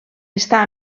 està